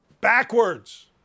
Backwards